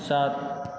सात